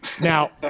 Now